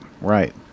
right